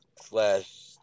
slash